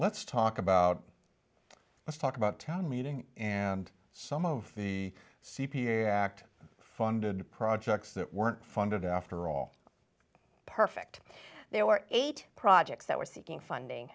let's talk about let's talk about town meeting and some of the c p a act funded projects that weren't funded after all perfect there were eight projects that were seeking funding